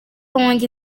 wanjye